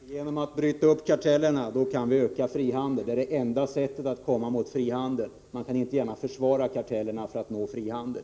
Herr talman! Genom att bryta upp kartellerna kan vi öka frihandeln. Det är det enda sättet att uppnå frihandel. Man kan inte gärna försvara kartellerna, om man vill uppnå frihandel.